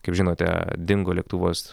kaip žinote dingo lėktuvas